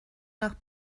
nach